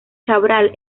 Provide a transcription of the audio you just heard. cabral